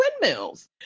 windmills